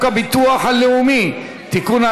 הביטוח הלאומי (תיקון,